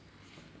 mm